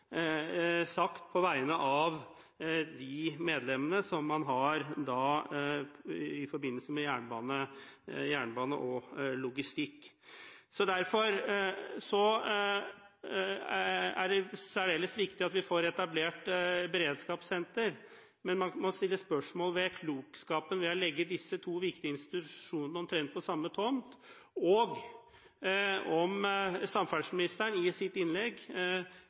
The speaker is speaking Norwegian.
sagt, på vegne av de medlemmene de har i forbindelse med jernbane og logistikk. Derfor er det særdeles viktig at vi får etablert et beredskapssenter, men man må stille spørsmål ved klokskapen ved å legge disse to viktige institusjonene omtrent på samme tomt. Kan samferdselsministeren i sitt innlegg